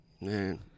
Man